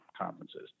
conferences